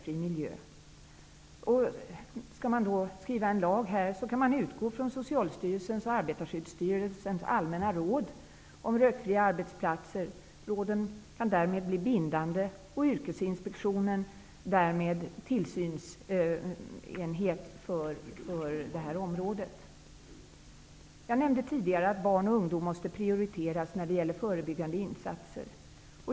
Om en lag skall stiftas på denna punkt är det möjligt att utgå från Socialstyrelsens och Arbetarskyddsstyrelsens allmänna råd om rökfria arbetsplatser. Råden kan därmed bli bindande och Yrkesinspektionen därmed bli tillsynsmyndighet för det området. Jag nämnde tidigare att barn och ungdom måste prioriteras när det gäller förebyggande insatser.